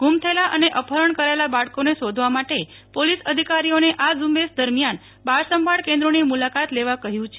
ગુમ થયેલા અને અપહરણ કરાયેલા બાળકોને શોધવા માટે પોલીસ અધિકારીઓને આ ઝ઼્રંબેશ દરમિયાન બાળસંભાળ કેન્દ્રોની મુલાકાત લેવા કહ્યું છે